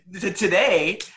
today